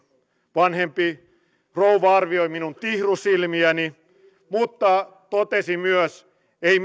vanhempi rouva arvioi minun tihrusilmiäni mutta totesi myös ei